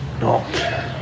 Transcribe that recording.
No